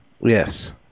Yes